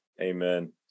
Amen